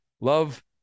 Love